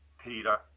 Peter